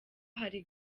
hari